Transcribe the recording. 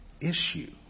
issue